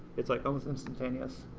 it's like almost instantaneous.